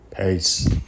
Peace